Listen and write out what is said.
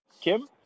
Kim